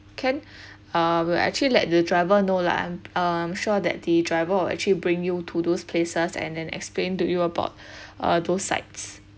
can uh we'll actually let the driver know lah I'm I'm sure that the driver will actually bring you to those places and then explain to you about uh those sites